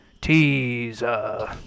teaser